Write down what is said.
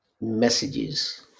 messages